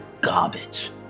garbage